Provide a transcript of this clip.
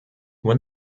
when